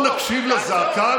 תפסיק את החקיקה,